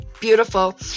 beautiful